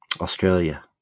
Australia